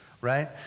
right